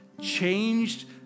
changed